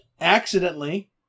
accidentally